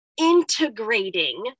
integrating